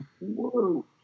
whoa